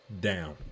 down